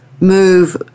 move